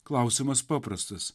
klausimas paprastas